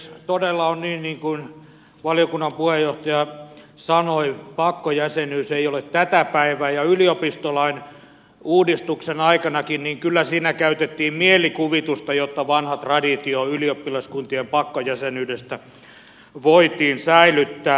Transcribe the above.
todella on niin niin kuin valiokunnan puheenjohtaja sanoi että pakkojäsenyys ei ole tätä päivää ja yliopistolain uudistuksen aikanakin kyllä siinä käytettiin mielikuvitusta jotta vanha traditio ylioppilaskuntien pakkojäsenyydestä voitiin säilyttää